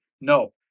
No